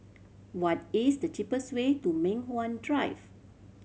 what is the cheapest way to Mei Hwan Drive